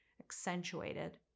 accentuated